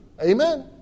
amen